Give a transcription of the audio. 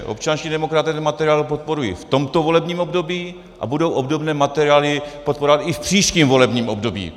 Občanští demokraté ten materiál podporují v tomto volebním období a budou obdobné materiály podporovat i v příštím volebním období.